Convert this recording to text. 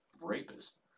rapist